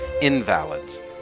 invalids